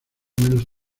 menos